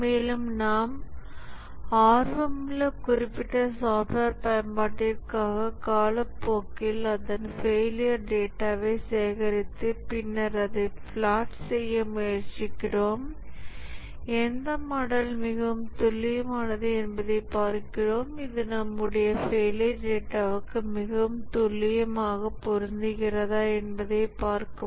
மேலும் நாம் ஆர்வமுள்ள குறிப்பிட்ட சாஃப்ட்வேர் பயன்பாட்டிற்காக காலப்போக்கில் அதன் ஃபெயிலியர் டேட்டாவை சேகரித்து பின்னர் அதைத் பிளாட் செய்ய முயற்சிக்கிறோம் எந்த மாடல் மிகவும் துல்லியமானது என்பதைப் பார்க்கிறோம் இது நம்முடைய ஃபெயிலியர் டேட்டாவுக்கு மிகவும் துல்லியமாக பொருந்துகிறதா என்பதை பார்க்கவும்